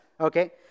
Okay